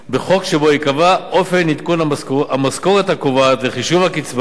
בחוק שבו ייקבע אופן עדכון המשכורת הקובעת לחישוב הקצבה,